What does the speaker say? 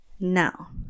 now